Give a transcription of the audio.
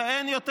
ואין יותר?